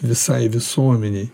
visai visuomenei